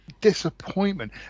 disappointment